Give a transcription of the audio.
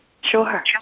Sure